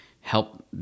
help